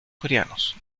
coreanos